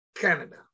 Canada